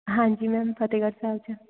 ਹਾਂਜੀ ਮੈਮ ਫਤਿਹਗੜ੍ਹ ਸਾਹਿਬ 'ਚ